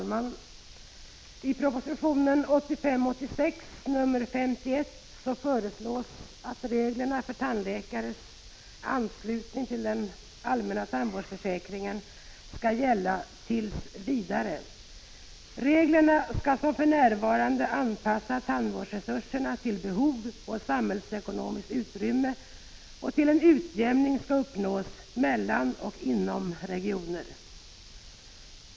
Herr talman! I proposition 1985 86:50 till behov och samhällsekonomiskt utrymme och till att en utjämning skall 12 december 1985 uppnås mellan och inom regioner.